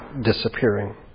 disappearing